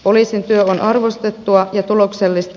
poliisin työ on arvostettua ja tuloksellista